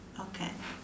okay